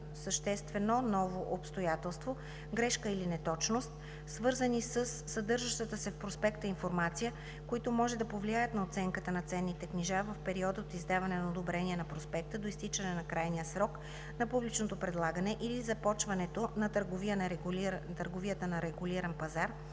съществени ново обстоятелство, грешка или неточност, свързани със съдържащата се в проспекта информация, които може да повлияят на оценката на ценните книжа в периода от издаване на одобрение на проспекта до изтичането на крайния срок на публичното предлагане или започването на търговията на регулиран пазар,